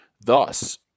Thus